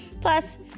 plus